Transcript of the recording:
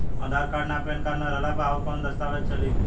आधार card आ PAN card ना रहला पर अउरकवन दस्तावेज चली?